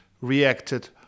reacted